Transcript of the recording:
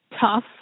tough